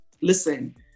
listen